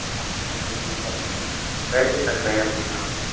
अच्छा नहीं मतलब पैसे कट रहे हैं अपने आप ही